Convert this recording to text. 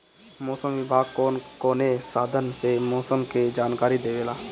मौसम विभाग कौन कौने साधन से मोसम के जानकारी देवेला?